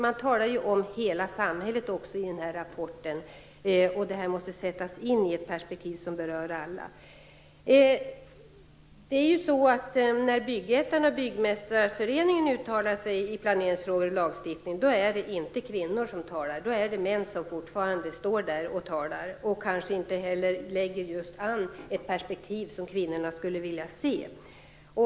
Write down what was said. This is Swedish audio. Man talar om hela samhället i rapporten, och detta måste sättas in i ett perspektiv som berör alla. När Byggettan och Byggmästarföreningen uttalar sig i planeringsfrågor och lagstiftningsfrågor är det inte kvinnor som talar, utan det är fortfarande män som står där och talar. De kanske inte heller har ett perspektiv som kvinnorna skulle vilja se.